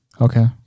Okay